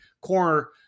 corner